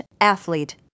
athlete